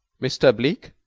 mr. bleke?